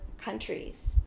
countries